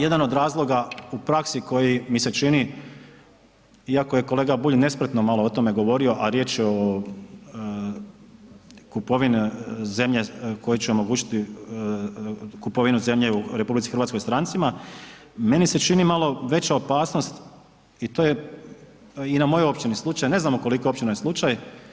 Jedan od razloga u praksi koji mi se čini iako je kolega Bulj malo nespretno o tome govorio, a riječ je o kupovini zemlje koje će omogućiti kupovinu zemlje u RH strancima, meni se čini malo veća opasnost i to je i na mojoj općini slučaj, ne znam koliko je općina slučaj.